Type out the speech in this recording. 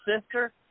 sister